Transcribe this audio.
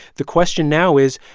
the question now is,